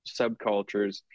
subcultures